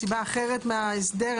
מסיבה אחרת מההסדר,